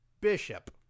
Bishop